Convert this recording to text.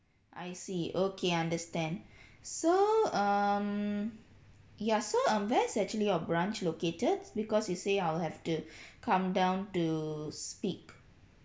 I see okay understand so um ya so um where's actually your branch located because you say I'll have to come down to speak